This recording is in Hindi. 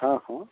हाँ हाँ